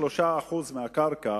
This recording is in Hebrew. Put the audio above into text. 93% מהקרקע